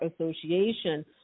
Association